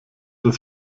das